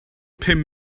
pum